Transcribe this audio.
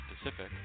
specific